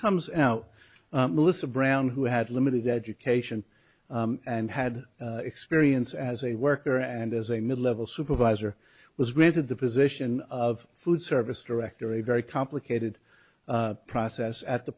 comes out melissa brown who had limited education and had experience as a worker and as a mid level supervisor was granted the position of food service director a very complicated process at the